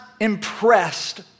impressed